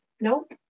Nope